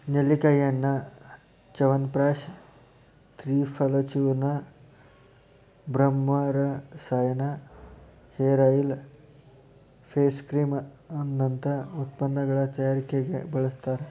ನೆಲ್ಲಿಕಾಯಿಯನ್ನ ಚ್ಯವನಪ್ರಾಶ ತ್ರಿಫಲಚೂರ್ಣ, ಬ್ರಹ್ಮರಸಾಯನ, hair oil, face cream ನಂತ ಉತ್ಪನ್ನಗಳ ತಯಾರಿಕೆಗೆ ಬಳಸ್ತಾರ